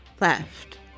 left